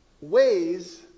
ways